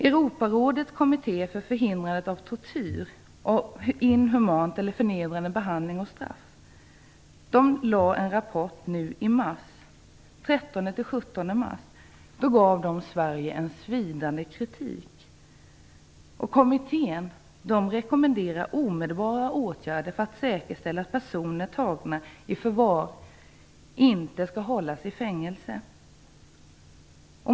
Europarådets kommitté för förhindrande av tortyr och inhuman eller förnedrande behandling och straff lade fram en rapport i mitten av mars där man gav Sverige en svidande kritik. Kommittén rekommenderar omedelbara åtgärder för att säkerställa att personer tagna i förvar inte skall hållas i fängelse.